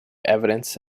evidence